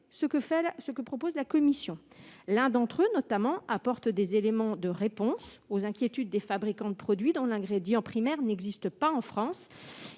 » les propositions de la commission. L'un d'entre eux apporte notamment des éléments de réponse aux inquiétudes des fabricants de produits dont l'ingrédient primaire n'existe pas en France.